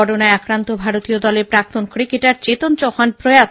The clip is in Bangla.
করোনায় আক্রান্ত ভারতীয় দলের প্রাক্তন ক্রিকেটার চেতন চৌহান প্রয়াত